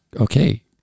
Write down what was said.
okay